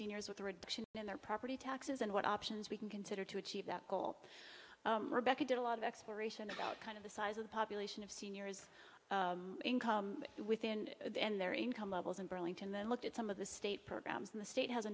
dinners with the reduction in their property taxes and what options we can consider to achieve that goal rebecca did a lot of exploration about kind of the size of the population of seniors income within and their income levels and burlington then look at some of the state programs in the state has a